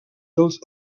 dels